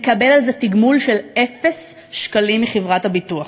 מקבל על זה תגמול של אפס שקלים מחברת הביטוח.